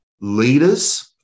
leaders